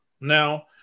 Now